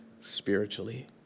spiritually